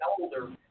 older